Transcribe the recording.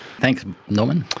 thanks norman.